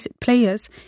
players